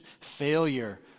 failure